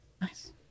nice